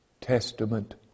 Testament